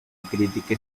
crítica